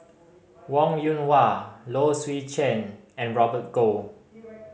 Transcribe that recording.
Wong Yoon Wah Low Swee Chen and Robert Goh